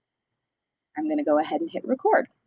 i'm gonna go ahead and hit record.